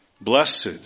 Blessed